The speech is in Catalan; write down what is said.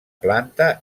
planta